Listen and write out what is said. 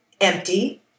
empty